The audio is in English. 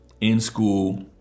in-school